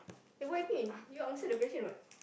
eh why me you answer the question [what]